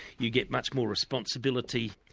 you get much more responsibility,